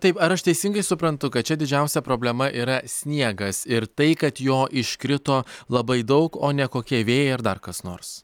taip aš teisingai suprantu kad čia didžiausia problema yra sniegas ir tai kad jo iškrito labai daug o ne kokie vėjai ar dar kas nors